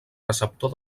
receptor